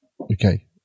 Okay